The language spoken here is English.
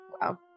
Wow